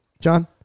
john